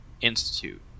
Institute